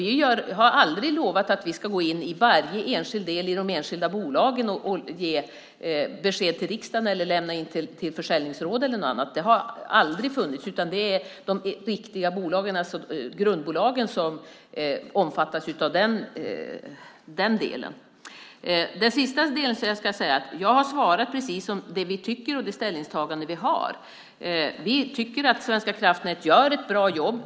Vi har aldrig lovat att vi ska gå in i varje enskild del i de enskilda bolagen och ge besked till riksdagen eller lämna in till försäljningsråd eller något annat. Det har aldrig funnits, utan det är de riktiga bolagen, alltså grundbolagen, som omfattas av den delen. Jag har svarat precis i enlighet med det vi tycker och det ställningstagande som vi har. Vi tycker att Svenska kraftnät gör ett bra jobb.